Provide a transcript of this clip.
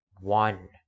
one